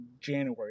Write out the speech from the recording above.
January